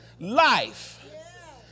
life